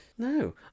No